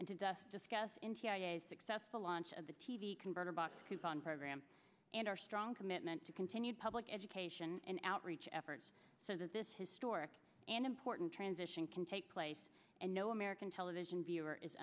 and to discuss successful launch of the t v converter box coupon program and our strong commitment to continued public education and outreach efforts so that this historic and important transition can take place and no american television viewer is